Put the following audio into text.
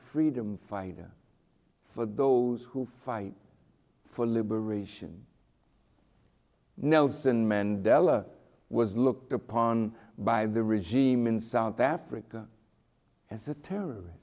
freedom fighter for those who fight for liberation nelson mandela was looked upon by the regime in south africa